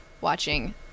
watching